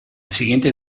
siguiente